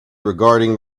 regarding